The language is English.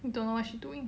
don't know what she doing